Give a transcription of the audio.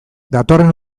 datorren